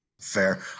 Fair